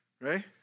Right